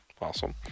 awesome